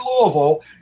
Louisville